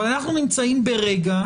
אבל אנחנו נמצאים ברגע,